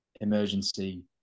emergency